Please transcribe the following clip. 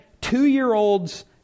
two-year-olds